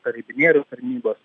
karibinierių tarnybos